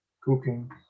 cooking